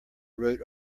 wrote